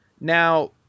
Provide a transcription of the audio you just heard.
now